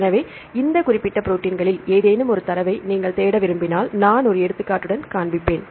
எனவே இந்த குறிப்பிட்ட ப்ரோடீன்களில் ஏதேனும் ஒரு தரவை நீங்கள் தேட விரும்பினால் நான் ஒரு எடுத்துக்காட்டுடன் காண்பிப்பேன்